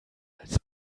als